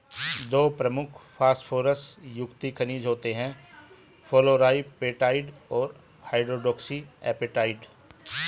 दो प्रमुख फॉस्फोरस युक्त खनिज होते हैं, फ्लोरापेटाइट और हाइड्रोक्सी एपेटाइट